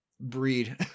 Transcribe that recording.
breed